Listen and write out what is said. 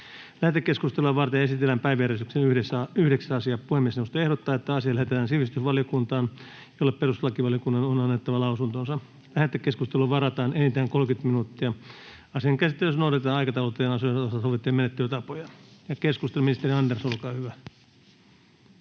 Lähetekeskustelua varten esitellään päiväjärjestyksen 9. asia. Puhemiesneuvosto ehdottaa, että asia lähetetään sivistysvaliokuntaan, jolle perustuslakivaliokunnan on annettava lausunto. Lähetekeskusteluun varataan enintään 30 minuuttia. Asian käsittelyssä noudatetaan aikataulutettujen asioiden osalta sovittuja menettelytapoja. — Ministeri Andersson, olkaa hyvä.